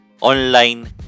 online